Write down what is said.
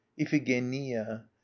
iphigenia